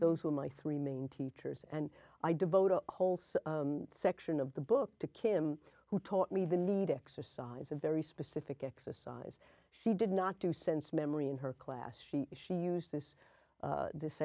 those were my three main teachers and i devote a whole slew section of the book to kim who taught me the need to exercise a very specific exercise she did not do sense memory in her class she she used this this